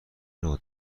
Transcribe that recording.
نوع